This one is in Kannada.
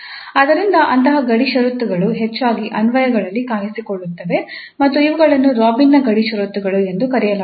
ಆದ್ದರಿಂದ ಅಂತಹ ಗಡಿ ಷರತ್ತುಗಳು ಹೆಚ್ಚಾಗಿ ಅನ್ವಯಗಳಲ್ಲಿ ಕಾಣಿಸಿಕೊಳ್ಳುತ್ತವೆ ಮತ್ತು ಇವುಗಳನ್ನು ರಾಬಿನ್ನ ಗಡಿ ಷರತ್ತುಗಳು Robins boundary conditions ಎಂದು ಕರೆಯಲಾಗುತ್ತದೆ